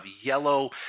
yellow